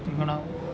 ઘણા